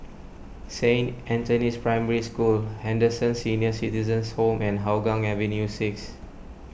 Saint Anthony's Primary School Henderson Senior Citizens' Home and Hougang Avenue six